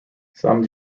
some